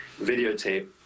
videotape